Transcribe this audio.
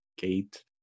gate